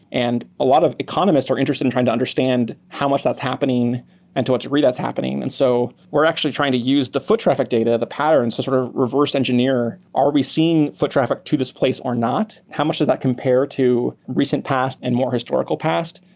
and a lot of economists are interested in trying to understand how much that's happening and to what degree that's happening. and so we're actually trying to use the foot traffic data, the patterns to sort of reverse engineer, are we seeing foot traffic to this place or not? how much does that compare to recent past and more historical past?